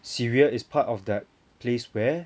syria is part of that place where